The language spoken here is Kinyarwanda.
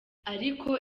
ariko